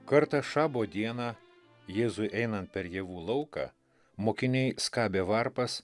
kartą šabo dieną jėzui einant per javų lauką mokiniai skabė varpas